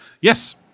Yes